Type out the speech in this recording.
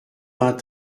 vingt